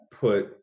put